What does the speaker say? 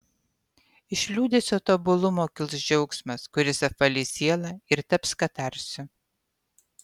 iš liūdesio tobulumo kils džiaugsmas kuris apvalys sielą ir taps katarsiu